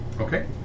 Okay